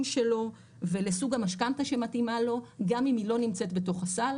שלו ולסוג המשכנתא שמתאימה לו גם אם היא לא נמצאת בתוך הסל